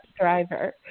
driver